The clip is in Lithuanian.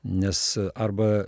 nes arba